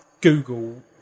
Google